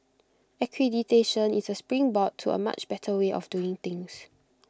accreditation is A springboard to A much better way of doing things